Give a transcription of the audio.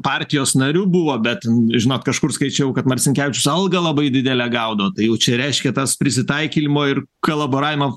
partijos nariu buvo bet žinok kažkur skaičiau kad marcinkevičius algą labai didelę gaudavo tai jau čia reiškia tas prisitaikymo ir kolaboravimo